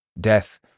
Death